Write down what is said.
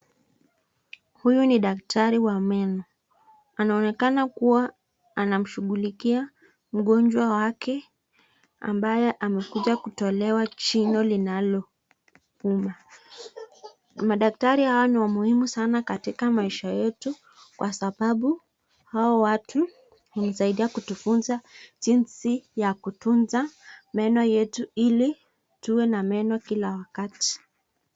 Huyu ni daktari wa meno. Anaonekana kuwa anamshughulikia mgonjwa wake ambaye amekuja kutolewa jino linalouma. Madaktari hawa ni wa muhimu sana katika maisha yetu kwa sababu hao watu husaidia kutufunza jinsi ya kutunza meno yetu ili tuwe na meno kila wakati.